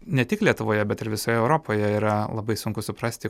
ne tik lietuvoje bet ir visoje europoje yra labai sunku suprasti